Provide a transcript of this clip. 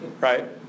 Right